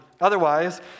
Otherwise